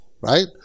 Right